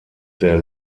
der